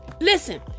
Listen